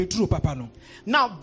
Now